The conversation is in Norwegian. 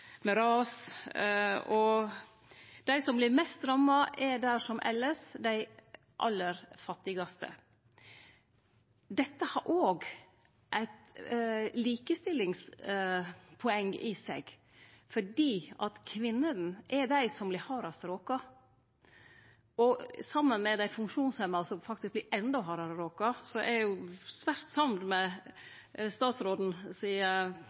ras. Dei som vert mest ramma, er som elles dei aller fattigaste. Dette har òg eit likestillingspoeng i seg fordi kvinnene er dei som vert hardast råka, saman med dei funksjonshemma som faktisk vert endå hardare råka, så eg er svært samd i statsråden si